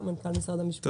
מנכ"ל משרד המשפטים, בבקשה.